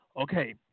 Okay